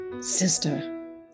Sister